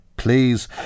Please